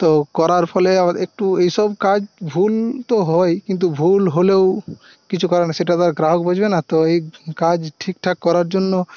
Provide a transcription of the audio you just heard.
তো করার ফলে আবার একটু এইসব কাজ ভুলতো হয় কিন্তু ভুল হলেও কিছু করার নেই সেটাতো আর গ্রাহক বুঝবে না তো এই কাজ ঠিকঠাক করার জন্য